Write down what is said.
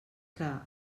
que